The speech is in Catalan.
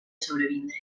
sobrevindre